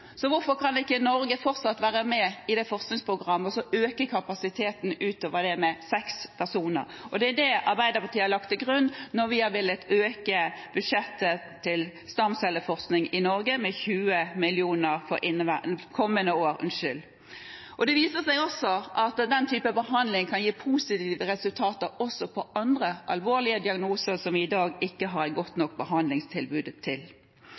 Hvorfor kan ikke Norge fortsatt være med i forskningsprogrammet og øke kapasiteten utover seks personer? Dette har Arbeiderpartiet lagt til grunn når vi vil øke budsjettet til stamcelleforskning i Norge med 20 mill. kr for kommende år. Det viser seg også at denne type behandling kan gi positive resultater også for andre alvorlige diagnoser som vi i dag ikke har et godt nok behandlingstilbud for. I tillegg øker Arbeiderpartiet rammen til